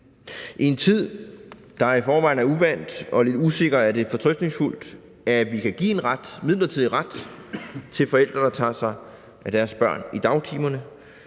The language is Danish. I en tid, der i forvejen er usædvanlig og lidt usikker, er der fortrøstning i, at vi kan give en midlertidig ret til forældre, der tager sig af deres børn i dagtimerne,